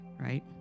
right